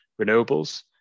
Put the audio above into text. renewables